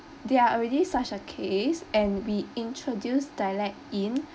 there are already such a case and we introduce dialect in